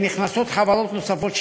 נכנסות חברות נוספות,